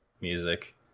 music